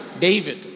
David